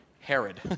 Herod